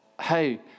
hey